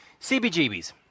CBGBs